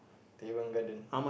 Teban-Gardens